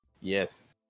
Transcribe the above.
yes